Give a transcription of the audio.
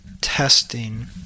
testing